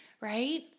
right